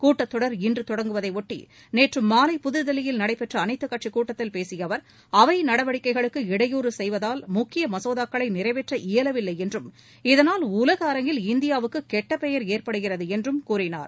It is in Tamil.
கூட்டத் தொடர் இன்று தொடங்குவதையொட்டி நேற்று மாலை புதுதில்லியில் நடந்த அனைத்துக் கட்சிக் கூட்டத்தில் பேசிய அவர் அவை நடவடிக்கைகளுக்கு இடையூறு செய்வதால் முக்கிய மசோதாக்களை நிறைவேற்ற இயலவில்லை என்றும் இதனால் உலக அரங்கில் இந்தியாவுக்கு கெட்ட பெயர் ஏற்படுகிறது என்றும் கூறினார்